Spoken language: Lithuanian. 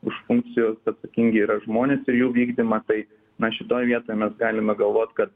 už funkcijos atsakingi yra žmonės ir jų vykdymą tai na šitoj vietoj mes galime galvot kad